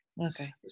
okay